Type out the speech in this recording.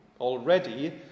already